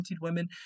women